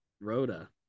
Rhoda